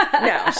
No